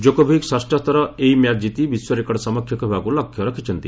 Djokovic ଷଷ୍ଠ ଥର ଏହି ମ୍ୟାଚ୍ ଜିତି ବିଶ୍ୱ ରେକର୍ଡ଼ ସମକକ୍ଷ ହେବାକୁ ଲକ୍ଷ୍ୟ ରଖିଛନ୍ତି